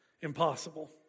impossible